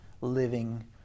living